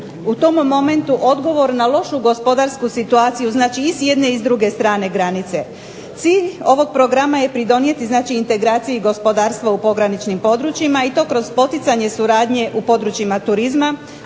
u tom momentu, odgovor na lošu gospodarsku situaciju i s jedne i druge strane granice. Cilj ovog programa je doprinijeti integraciji gospodarstva u pograničnim područjima i to kroz poticanje suradnje u područjima turizma,